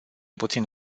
puțin